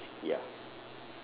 two legs ya